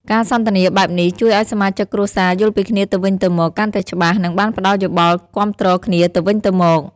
ការសន្ទនាបែបនេះ ជួយឲ្យសមាជិកគ្រួសារយល់ពីគ្នាទៅវិញទៅមកកាន់តែច្បាស់ និងបានផ្តល់យោបល់គាំទ្រគ្នាទៅវិញទៅមក។